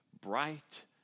bright